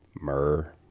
myrrh